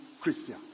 Christian